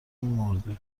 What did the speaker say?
مرده